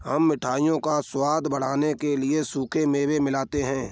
हम मिठाइयों का स्वाद बढ़ाने के लिए सूखे मेवे मिलाते हैं